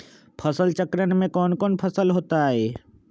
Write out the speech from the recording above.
फसल चक्रण में कौन कौन फसल हो ताई?